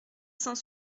cent